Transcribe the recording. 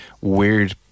weird